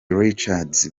richards